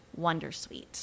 Wondersuite